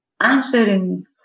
answering